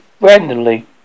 randomly